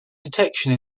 detection